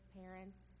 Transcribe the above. parents